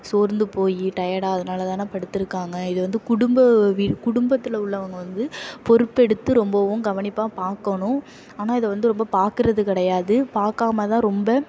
சோர்ந்து போய் டயர்டாக அதனால தானே படுத்திருக்காங்க இதுவந்து குடும்ப குடும்பத்தில் உள்ளவங்க வந்து பொறுப்பெடுத்து ரொம்பவும் கவனிப்பாக பார்க்கணும் ஆனால் இதை வந்து ரொம்ப பார்க்குறது கிடையாது பார்க்காம தான் ரொம்ப